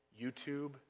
YouTube